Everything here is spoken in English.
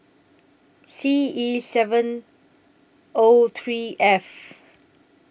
C E seven O three F